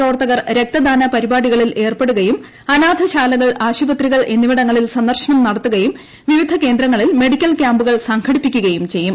പ്രവർത്തകർ രക്തദാന പരിപാടികളിൽ ഏർപ്പെടുകയും അനാഥശാലകൾ ആശുപത്രികൾ എന്നിവിടങ്ങളിൽ സന്ദർശനം നടത്തുകയും വിവിധ കേന്ദ്രങ്ങളിൽ മെഡിക്കൽ ക്യാമ്പുകൾ സംഘടിപ്പിക്കുകയും ചെയ്യും